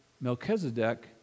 Melchizedek